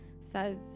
says